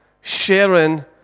sharing